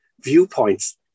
viewpoints